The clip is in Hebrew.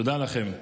תודה לכם.